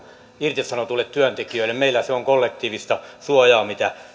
irtisanotuille työntekijöille meillä se on kollektiivista suojaa mitä tarjotaan ja sitäkin